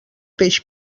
peix